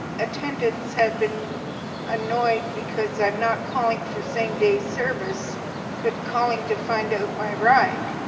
attendants have been annoyed because i'm not calling for same-day service but calling to find out my ride.